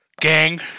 gang